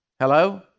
Hello